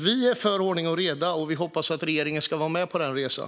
Vi är för ordning och reda, och vi hoppas att regeringen är med på den resan.